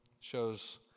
shows